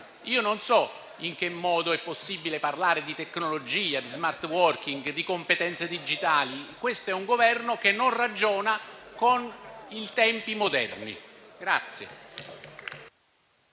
no. Non so in che modo sia possibile parlare di tecnologia, di *smart working* e di competenze digitali. Questo è un Governo che non ragiona con i tempi moderni.